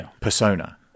persona